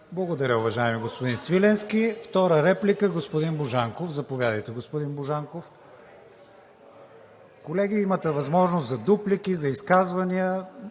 Благодаря, уважаеми господин Свиленски. Втора реплика? Господин Божанков, заповядайте. (Реплики.) Колеги, имате възможност за дуплики, за изказвания